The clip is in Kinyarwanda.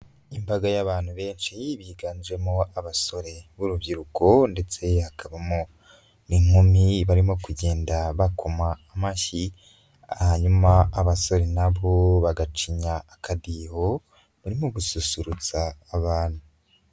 Imbaga y'abantu benshi biganjemo abasore b'urubyiruko ndetse hakabamo n'inkumi barimo kugenda bakoma amashyi hanyuma abasore na bo bagacinya akadiho, barimo gususurutsa abantu.